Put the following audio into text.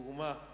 דוגמה,